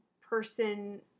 person